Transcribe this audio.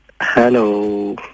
Hello